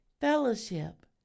fellowship